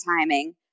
timing